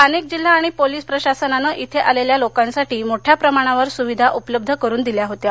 स्थानिक जिल्हा आणि पोलीस प्रशासनानं इथं आलेल्या लोकांसाठी मोठ्या प्रमाणावर सुविधा उपलब्ध करून दिल्या होत्या